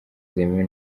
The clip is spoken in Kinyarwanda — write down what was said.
zemewe